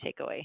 takeaway